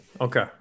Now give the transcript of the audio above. Okay